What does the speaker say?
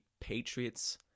Patriots